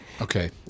Okay